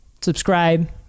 subscribe